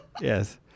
Yes